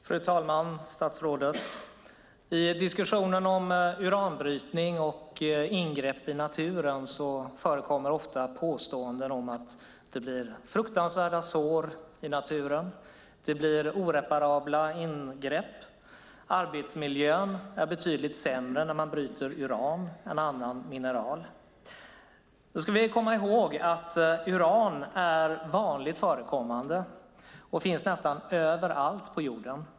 Fru talman! Statsrådet! I diskussionen om uranbrytning och ingrepp i naturen förekommer ofta påståenden om att det blir fruktansvärda sår i naturen och oreparabla ingrepp. Det sägs att arbetsmiljön är betydligt sämre när man bryter uran än annan mineral. Då ska vi komma ihåg att uran är vanligt förekommande. Det finns nästan överallt på jorden.